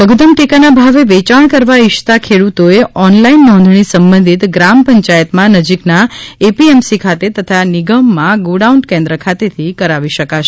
લધુત્તમ ટેકાના ભાવે વેચાણ કરવા ઇચ્છતા ખેડૂતોએ ઓનલાઇન નોંધણી સંબધિત ગ્રામ પંચાયતમાં નજીકના એપીએમસી ખાતે તથા નિગમમાં ગોડાઉન કેન્ટ ખાતેથી કરાવી શકાશે